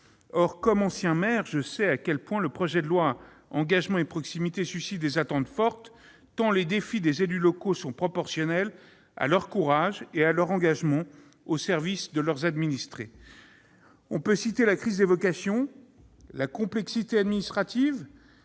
Or, comme ancien maire, je sais à quel point le projet de loi Engagement et proximité suscite des attentes fortes, tant les défis des élus locaux sont proportionnels à leur courage et à leur engagement au service de leurs administrés. La crise des vocations, la complexité administrative,